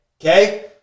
okay